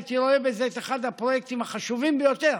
הייתי רואה בזה את אחד הפרויקטים החשובים ביותר